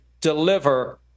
deliver